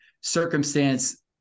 circumstance